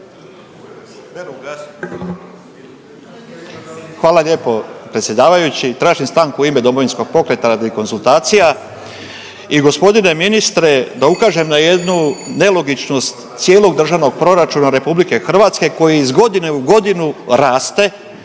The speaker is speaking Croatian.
Hvala lijepo predsjedavajući. Tražim stanku u ime Domovinskog pokreta radi konzultacija i gospodine ministre da ukažem na jednu nelogičnost cijelog državnog proračuna Republike Hrvatske koji iz godine u godinu raste,